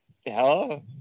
Hello